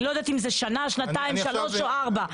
לא יודעת אם זה שנה, שנתיים, שלוש או ארבע.